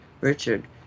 Richard